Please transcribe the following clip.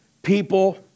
People